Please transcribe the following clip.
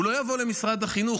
הוא לא יבוא למשרד החינוך,